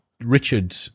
Richard